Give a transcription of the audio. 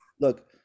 Look